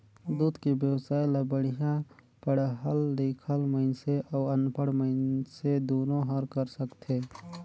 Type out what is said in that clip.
दूद के बेवसाय ल बड़िहा पड़हल लिखल मइनसे अउ अनपढ़ मइनसे दुनो हर कर सकथे